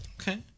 Okay